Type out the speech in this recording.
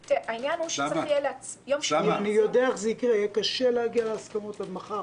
כי יהיה קשה להגיע להסכמות עד מחר.